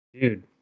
dude